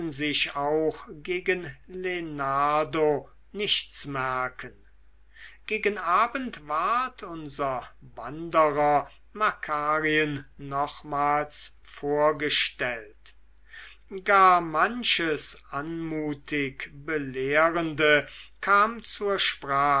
sich auch gegen lenardo nichts merken gegen abend ward unser wanderer makarien nochmals vorgestellt gar manches anmutig belehrende kam zur sprache